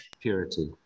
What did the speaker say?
Purity